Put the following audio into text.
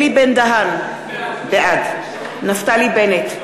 אלי בן-דהן, בעד נפתלי בנט,